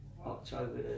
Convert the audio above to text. october